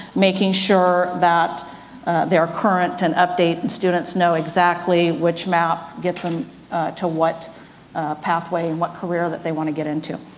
making sure that they are current and updated and students know exactly which map gets them to what pathway and what career that they want to get into.